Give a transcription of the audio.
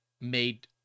made